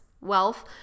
wealth